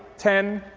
ten,